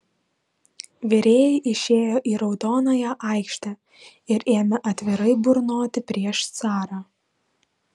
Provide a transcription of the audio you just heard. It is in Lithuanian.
virėjai išėjo į raudonąją aikštę ir ėmė atvirai burnoti prieš carą